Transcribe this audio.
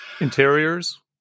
Interiors